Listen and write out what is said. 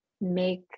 make